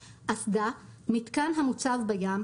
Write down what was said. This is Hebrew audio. "אסדה" מיתקן המוצב בים,